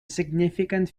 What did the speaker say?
significant